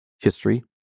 history